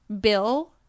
Bill